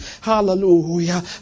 Hallelujah